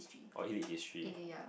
or E Lit history